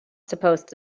supposed